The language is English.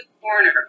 corner